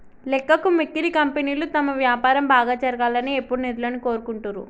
లెక్కకు మిక్కిలి కంపెనీలు తమ వ్యాపారం బాగా జరగాలని ఎప్పుడూ నిధులను కోరుకుంటరు